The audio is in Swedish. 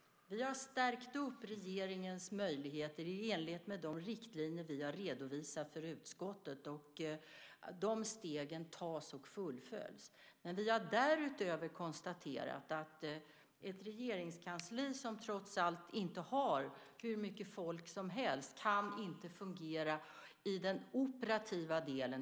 Vi har stärkt upp regeringens möjligheter i enlighet med de riktlinjer vi har redovisat för utskottet, och de stegen tas och fullföljs. Men vi har därutöver konstaterat att ett regeringskansli, som trots allt inte har hur mycket folk som helst, inte kan fungera i den operativa delen.